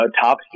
top